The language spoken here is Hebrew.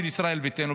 של ישראל ביתנו,